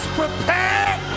prepared